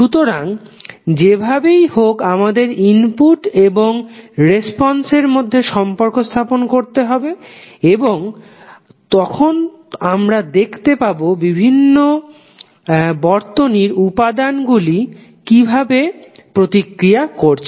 সুতরাং যেভাবেই হোক আমাদের ইনপুট এবং রেসপন্স এর মধ্যে সম্পর্ক স্থাপন করতে হবে এবং তখন আমরা দেখতে পাবো বর্তনীর বিভিন্ন উপাদান গুলি কিভাবে প্রতিক্রিয়া করছে